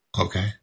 Okay